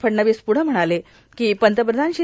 फडणवीस प्ढे म्हणाले की पंतप्रधान श्री